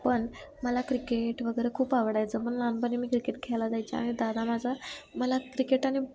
पण मला क्रिकेट वगैरे खूप आवडायचं पण लहानपणी मी क्रिकेट खेळाला जायचे आणि दादा माझा मला क्रिकेट आणि